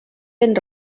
ben